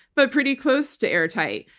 but pretty close to airtight.